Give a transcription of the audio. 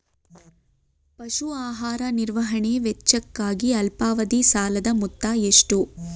ಪಶು ಆಹಾರ ನಿರ್ವಹಣೆ ವೆಚ್ಚಕ್ಕಾಗಿ ಅಲ್ಪಾವಧಿ ಸಾಲದ ಮೊತ್ತ ಎಷ್ಟು?